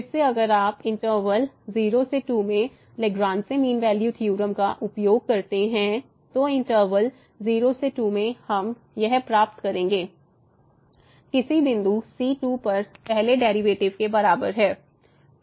फिर से अगर आप इनटर्वल 0 से 2 में लेग्रांजे मीन वैल्यू थ्योरम का उपयोग करते हैं तो इनटर्वल 0 से 2 में हम प्राप्त करेंगे f2 f2 0 किसी बिंदु c2 पर पहले डेरिवैटिव के बराबर है